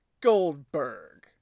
Goldberg